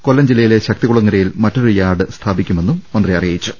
കൊല്ലം ജില്ലയിലെ ശക്തികുളങ്ങരയിൽ മറ്റൊരു യാർഡ് സ്ഥാപിക്കുമെന്നും മന്ത്രി അറിയിച്ചു